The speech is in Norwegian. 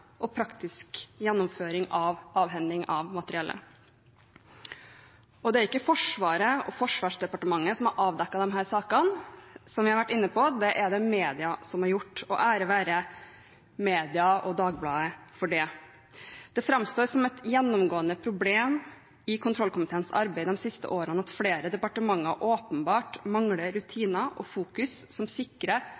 og praktisk gjennomføring av avhending av materiellet. Det er ikke Forsvaret og Forsvarsdepartementet som har avdekket disse sakene. Som vi har vært inne på, er det media som har gjort det – og ære være media og Dagbladet for det. Det framstår som et gjennomgående problem i kontrollkomiteens arbeid de siste årene at flere departementer åpenbart mangler